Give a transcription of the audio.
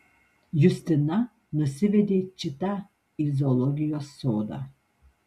justina nusivedė čitą į zoologijos sodą